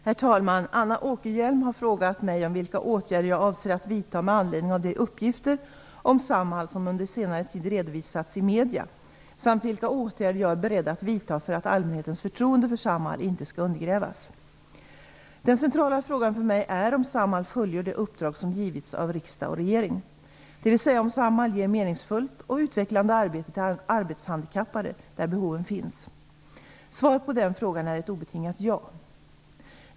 Herr talman! Anna Åkerhielm har frågat mig vilka åtgärder jag avser att vidta med anledning av de uppgifter om Samhall som under senare tid redovisats i medierna, samt vilka åtgärder jag är beredd att vidta för att allmänhetens förtroende för Samhall inte skall undergrävas. Den centrala frågan för mig är om Samhall fullgör det uppdrag som givits av riksdag och regering, dvs. om Samhall ger meningsfullt och utvecklande arbete till arbetshandikappade där behoven finns. Svaret på den frågan är ett obetingat ja.